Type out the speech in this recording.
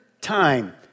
time